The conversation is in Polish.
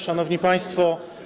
Szanowni Państwo!